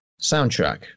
Soundtrack